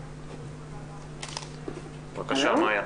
בבקשה, מאיה.